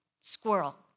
Squirrel